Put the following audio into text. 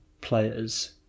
players